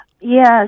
Yes